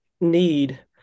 need